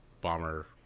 bomber